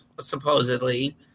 supposedly